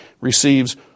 receives